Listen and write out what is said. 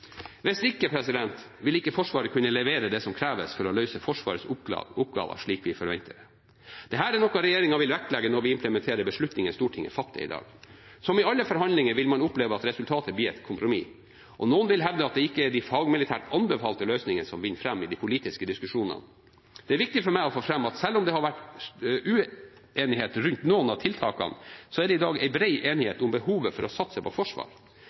Hvis ikke vil ikke Forsvaret kunne levere det som kreves for å løse Forsvarets oppgaver slik vi forventer. Det er noe regjeringen vil vektlegge når vi implementerer de beslutningene Stortinget fatter i dag. Som i alle forhandlinger vil man oppleve at resultatet blir et kompromiss, og noen vil hevde at det ikke er de fagmilitært anbefalte løsningene som vinner fram i de politiske diskusjonene. Det er viktig for meg å få fram at selv om det har vært uenighet rundt noen av tiltakene, er det i dag en bred enighet om behovet for å satse på forsvar.